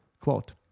Quote